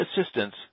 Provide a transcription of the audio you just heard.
assistance